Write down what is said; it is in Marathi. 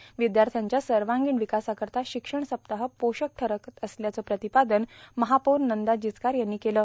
र्यावद्याथ्याच्या सवागीण र्वकासार्कारता शिक्षण सप्ताह पोषक ठरत असल्याचं प्र्रातपादन महापौर नंदा जिचकार यांनी केलं